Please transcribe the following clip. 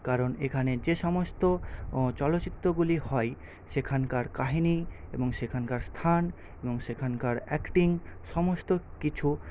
কারণ এখানে যে সমস্ত চলচ্চিত্রগুলি হয় সেখানকার কাহিনী এবং সেখানকার স্থান এবং সেখানকার অ্যাক্টিং সমস্ত কিছু